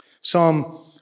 Psalm